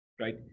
right